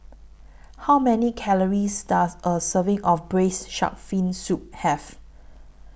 How Many Calories Does A Serving of Braised Shark Fin Soup Have